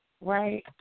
right